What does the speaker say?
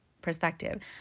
perspective